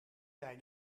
jij